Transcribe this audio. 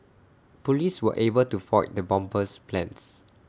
Police were able to foil the bomber's plans